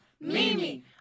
Mimi